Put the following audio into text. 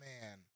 man